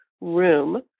room